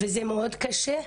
וזה מאוד קשה,